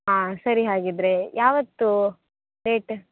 ಹಾಂ ಸರಿ ಹಾಗಿದ್ದರೆ ಯಾವತ್ತು ಡೇಟ